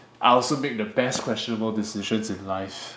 I also make the best questionable decisions in life